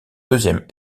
deuxième